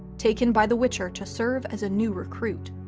taken by the witcher to serve as a new recruit.